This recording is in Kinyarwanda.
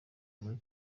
muri